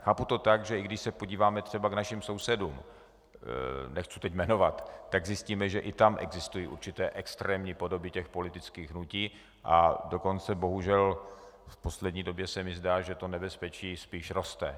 Chápu to tak, že i když se podíváme třeba k našim sousedům, nechci teď jmenovat, tak zjistíme, že i tam existují určité extrémní podoby politických hnutí, a dokonce bohužel v poslední době se mi zdá, že to nebezpečí spíš roste.